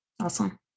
Awesome